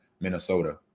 minnesota